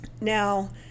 Now